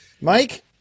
Mike